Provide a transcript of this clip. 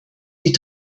die